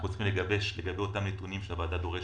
אנחנו צריכים לגבש את הנתונים שהוועדה דורשת,